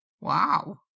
Wow